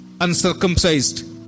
uncircumcised